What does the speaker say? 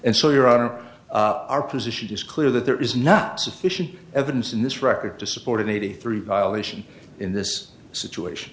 and so your honor our position is clear that there is not sufficient evidence in this record to support an eighty three violation in this situation